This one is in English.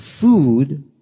food